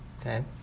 Okay